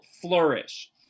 flourish